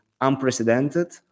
unprecedented